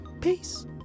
Peace